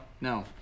no